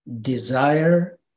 desire